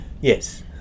Yes